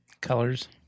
colors